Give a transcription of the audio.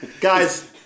Guys